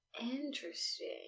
Interesting